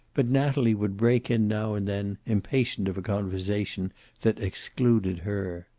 but natalie would break in now and then, impatient of a conversation that excluded her.